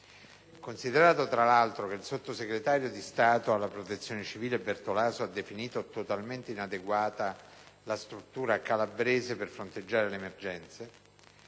considerato tra l'altro che il sottosegretario di Stato per la Protezione civile Bertolaso ha definito "totalmente inadeguata" la struttura calabrese per fronteggiare le emergenze